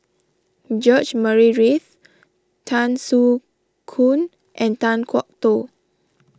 George Murray Reith Tan Soo Khoon and Kan Kwok Toh